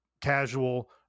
casual